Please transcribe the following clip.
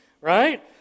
right